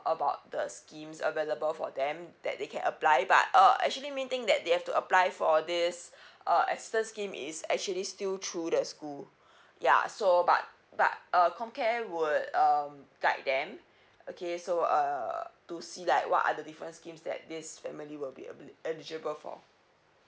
about the schemes available for them that they can apply but uh actually main thing that they have to apply for this uh S_C_F scheme is actually still through the school ya so but but err compare will um guide them okay so err to see like what are the different schemes that this family will be eli~ eligible for